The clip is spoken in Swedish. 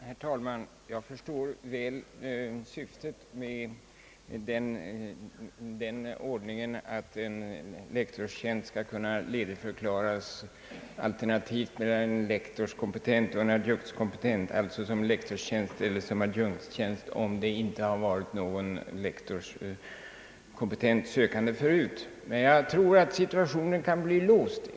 Herr talman! Jag förstår väl syftet med ordningen, att en lektorstjänst skall kunna ledigförklaras alternativt för en lektorskompetent eller en adjunktskompetent, d.v.s. som en lektorstjänst alternativt en adjunktstjänst, om det inte har varit någon lektorskompetent sökande förut. Men jag tror att situationen kan bli låst.